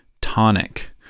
tonic